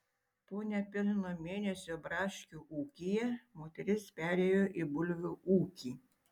po nepilno mėnesio braškių ūkyje moteris perėjo į bulvių ūkį